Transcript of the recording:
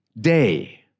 day